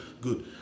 Good